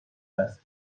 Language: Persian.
است